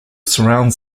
surround